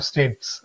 States